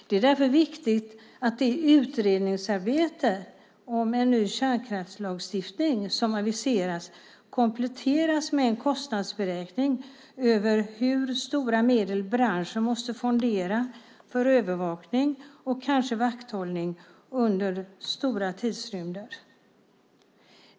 Det är därför viktigt att det utredningsarbete om en ny kärnkraftslagstiftning som aviseras kompletteras med en kostnadsberäkning av hur stora medel branschen måste fondera för övervakning och kanske vakthållning under stora tidsrymder.